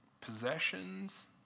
possessions